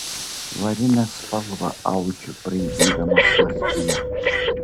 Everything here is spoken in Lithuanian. varinę spalvą audžiu braidydamas naktyje